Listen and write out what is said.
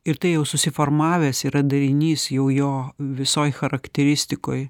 ir tai jau susiformavęs yra darinys jau jo visoj charakteristikoj